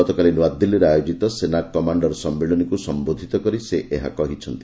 ଗତକାଲି ନୂଆଦିଲ୍ଲୀରେ ଆୟୋଜିତ ସେନା କମାଣ୍ଡର ସମ୍ମିଳନୀକୁ ସମ୍ଘୋଧିତ କରି ସେ ଏହା କହିଛନ୍ତି